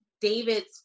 David's